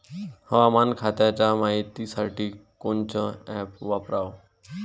हवामान खात्याच्या मायतीसाठी कोनचं ॲप वापराव?